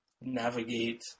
navigate